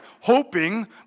hoping